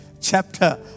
chapter